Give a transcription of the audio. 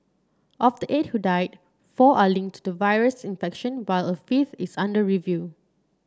of the eight who died four are linked to the virus infection while a fifth is under review